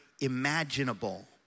imaginable